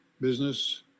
business